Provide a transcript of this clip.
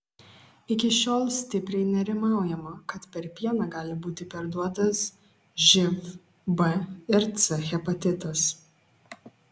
iki šiol stipriai nerimaujama kad per pieną gali būti perduotas živ b ir c hepatitas